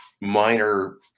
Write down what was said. minor